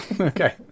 Okay